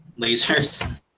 lasers